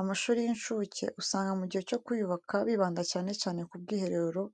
Amashuri y'incuke usanga mu gihe cyo kuyubaka bibanda cyane cyane ku bwiherero